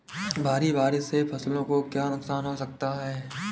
भारी बारिश से फसलों को क्या नुकसान हो सकता है?